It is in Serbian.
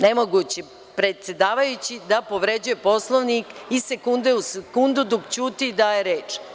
Nemoguće je da predsedavajući povređuje Poslovnik iz sekunde u sekundu dok ćuti i daje reč.